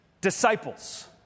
disciples